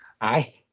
Aye